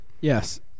Yes